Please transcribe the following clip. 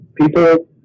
people